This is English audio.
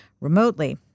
remotely